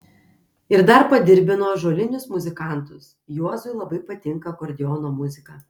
ir dar padirbino ąžuolinius muzikantus juozui labai patinka akordeono muzika